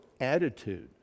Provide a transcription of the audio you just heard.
attitude